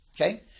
Okay